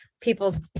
people's